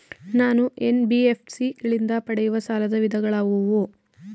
ನಾನು ಎನ್.ಬಿ.ಎಫ್.ಸಿ ಗಳಿಂದ ಪಡೆಯುವ ಸಾಲದ ವಿಧಗಳಾವುವು?